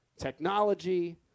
technology